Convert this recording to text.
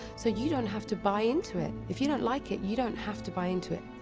so you don't have to buy into it. if you don't like it, you don't have to buy into it.